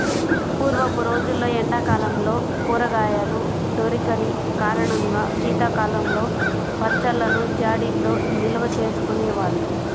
పూర్వపు రోజుల్లో ఎండా కాలంలో కూరగాయలు దొరికని కారణంగా శీతాకాలంలో పచ్చళ్ళను జాడీల్లో నిల్వచేసుకునే వాళ్ళు